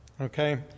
Okay